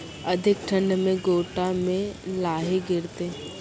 अधिक ठंड मे गोटा मे लाही गिरते?